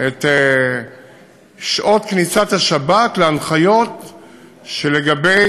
את שעות כניסת השבת להנחיות לגבי